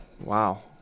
Wow